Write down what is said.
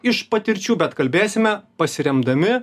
iš patirčių bet kalbėsime pasiremdami